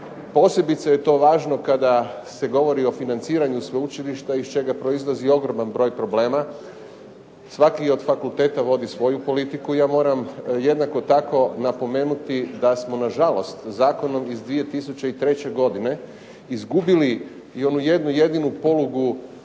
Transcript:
Posebice je to važno kada se govori o financiranju sveučilišta iz čega proizlazi ogroman broj problema. Svaki od fakulteta vodi svoju politiku. Ja moram jednako tako napomenuti da smo nažalost Zakonom iz 2003. godine izgubili i onu jednu jedinu polugu